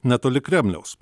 netoli kremliaus